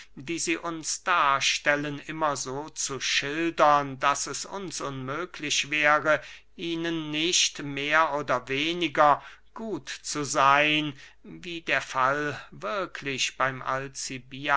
die sie uns darstellen immer so zu schildern daß es uns unmöglich wäre ihnen nicht mehr oder weniger gut zu seyn wie der fall wirklich beym